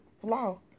flaw